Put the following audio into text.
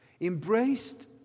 embraced